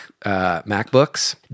MacBooks